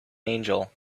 angel